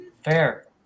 Fair